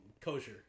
kosher